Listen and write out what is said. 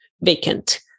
vacant